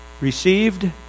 received